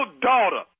daughter